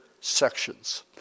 sections